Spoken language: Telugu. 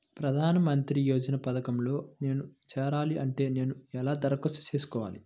ప్రధాన మంత్రి యోజన పథకంలో నేను చేరాలి అంటే నేను ఎలా దరఖాస్తు చేసుకోవాలి?